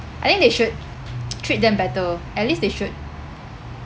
I think they should treat them better at least they should